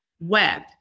web